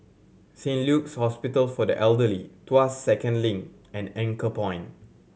Saint Luke's Hospital for the Elderly Tuas Second Link and Anchorpoint